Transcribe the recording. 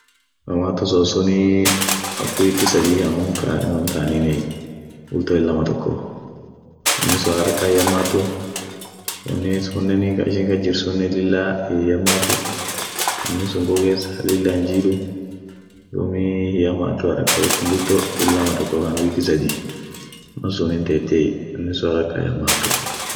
Tamato sos sunii ak wiki sadii kan unum taeniniey (bulto illama tokko), wonni sun haraka hiyammatu, woni sunenii kaishin kas jirt sunen lillaa hiyammatu, woni sun gogesa lilla hinjiidu, duumi hiyyamatu haraka akum bulto illama toko kan (wiki sadi) mal sun hintetiey mal sun haraka hiyammatu.